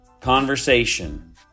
conversation